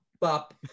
bop